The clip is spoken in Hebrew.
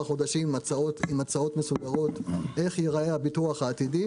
חודשים עם הצעות מסודרות איך ייראה הביטוח העתידי,